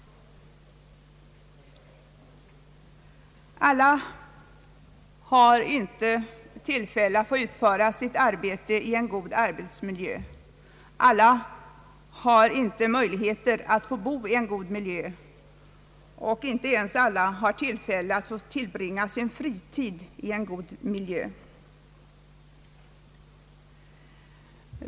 Alla har inte tillfälle att utföra sitt arbete i en god miljö, alla har inte möjligheter att bo i en god miljö och alla har inte ens möjlighet att tillbringa fritiden i en god miljö.